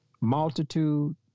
multitude